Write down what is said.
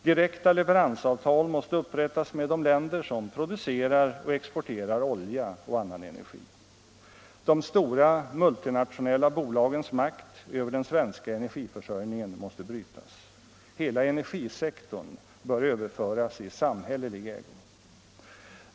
Direkta leveransavtal måste upprättas med de länder som producerar och exporterar olja och annan energi. De stora multinationella bolagens makt över den svenska energiförsörjningen måste brytas. Hela energisektorn bör överföras i samhällelig ägo.